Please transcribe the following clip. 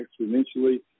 exponentially